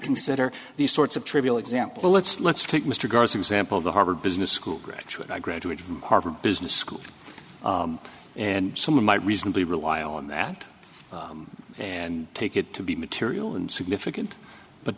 consider these sorts of trivial example let's let's take mr gore's example the harvard business school graduate i graduate from harvard business school and some of my reasonably rely on that and take it to be material and significant but